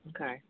Okay